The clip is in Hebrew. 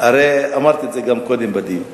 הרי אמרתי את זה גם קודם בדיון: